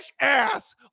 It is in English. ass